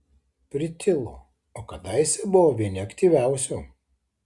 pritilo o kadaise buvo vieni aktyviausių